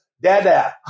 dada